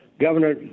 Governor